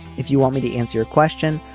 if you want me to answer your question.